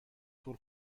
طول